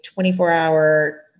24-hour